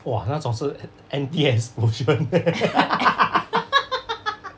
!wah! 那种是 anti explosion leh